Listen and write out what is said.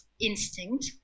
instinct